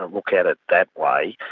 ah look at it that way.